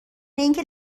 اینکه